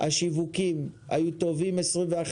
השיווקים היו טובים ב-2021,